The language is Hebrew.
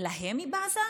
להם היא בזה?